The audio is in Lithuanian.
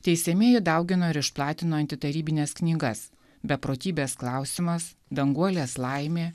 teisiamieji daugino ir išplatino antitarybines knygas beprotybės klausimas danguolės laimė